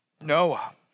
Noah